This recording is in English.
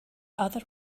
other